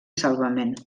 salvament